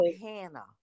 Hannah